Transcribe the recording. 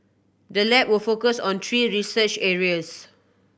the lab will focus on three research areas